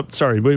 sorry